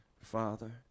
Father